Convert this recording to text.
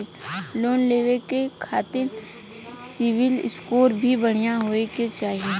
Loan लेवे के खातिन सिविल स्कोर भी बढ़िया होवें के चाही?